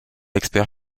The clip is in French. expert